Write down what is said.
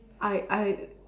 I I